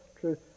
truth